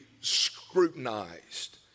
scrutinized